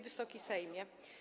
Wysoki Sejmie!